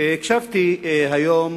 הקשבתי היום